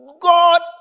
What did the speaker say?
God